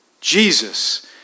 Jesus